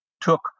took